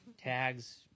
tags